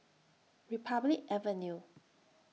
Republic Avenue